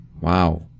Wow